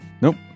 Nope